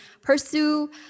pursue